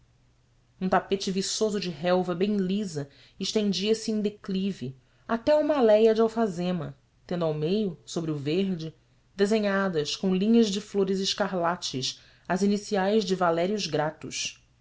um tapete viçoso de relva bem lisa estendia-se em declive até uma álea de alfazema tendo ao meio sobre o verde desenhadas com linhas de flores escarlates as iniciais de valério grato